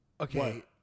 Okay